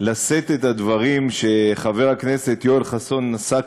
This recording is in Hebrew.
לשאת את הדברים שחבר הכנסת יואל חסון נשא כרגע,